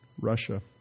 Russia